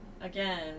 again